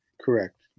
correct